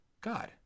God